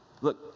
Look